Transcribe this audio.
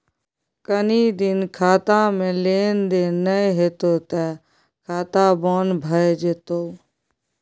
कनी दिन खातामे लेन देन नै हेतौ त खाता बन्न भए जेतौ